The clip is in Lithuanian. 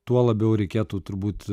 tuo labiau reikėtų turbūt